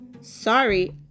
Sorry